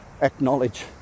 acknowledge